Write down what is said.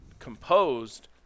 composed